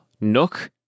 Nook